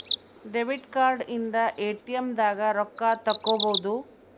debit card ಇಂದ ATM ದಾಗ ರೊಕ್ಕ ತೆಕ್ಕೊಬೋದು